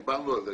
דיברנו על זה,